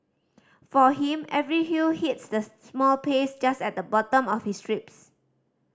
for him every hue hits the small pace just at the bottom of his ribs